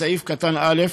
בסעיף (א)